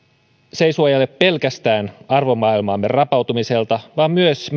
se ei suojele meitä pelkästään arvomaailmamme rapautumiselta vaan myös